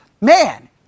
man